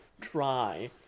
try